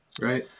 right